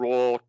Raw